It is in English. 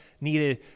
needed